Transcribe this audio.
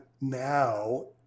now